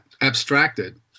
abstracted